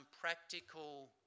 practical